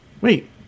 Wait